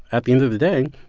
at the end of the day,